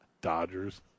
Dodgers